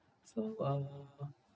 so uh